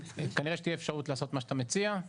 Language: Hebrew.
כנראה שתהיה אפשרות לעשות מה שאתה מציע.